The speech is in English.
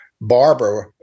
Barbara